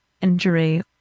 injury